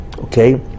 okay